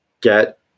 get